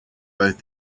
both